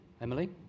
Emily